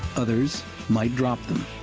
others might drop them.